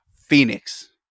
Phoenix